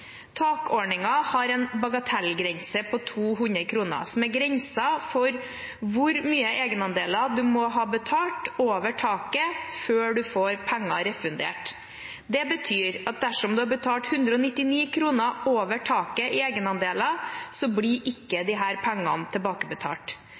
har en bagatellgrense på 200 kr, som er grensen for hvor mye man må ha betalt over taket i egenandeler før man får penger refundert. Det betyr at dersom man har betalt 199 kr over taket i egenandeler, så blir